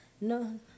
No